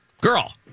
girl